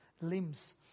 limbs